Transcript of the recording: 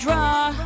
Draw